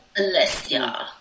Alessia